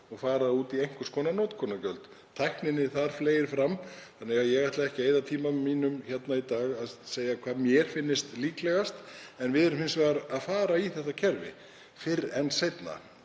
og fara út í einhvers konar notkunargjöld. Tækninni þar fleygir fram þannig að ég ætla ekki að eyða tíma mínum hér í dag að segja hvað mér finnist líklegast. En við förum hins vegar í þetta kerfi fyrr en seinna,